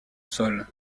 sol